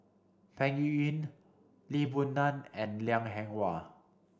Peng Yuyun Lee Boon Ngan and Liang Eng Hwa